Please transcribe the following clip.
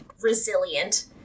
resilient